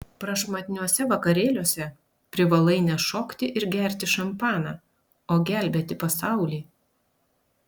prašmatniuose vakarėliuose privalai ne šokti ir gerti šampaną o gelbėti pasaulį